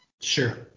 Sure